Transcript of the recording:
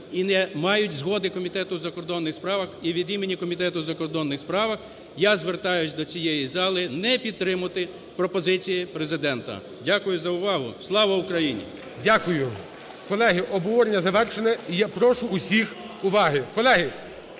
і не мають згоди Комітету у закордонних справах. І від імені згоди Комітету у закордонних справах я звертаюся до цієї зали не підтримувати пропозиції Президента. Дякую за увагу. Слава Україні! ГОЛОВУЮЧИЙ. Дякую. Колеги, обговорення завершене, і я прошу усіх уваги. Колеги!